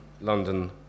London